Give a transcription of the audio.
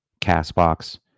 castbox